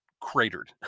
cratered